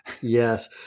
Yes